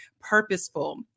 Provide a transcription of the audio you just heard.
purposeful